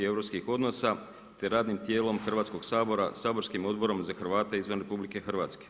europskih odnosa te radnim tijelom Hrvatskog sabora, saborskim Odborom za Hrvate izvan RH.